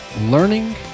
learning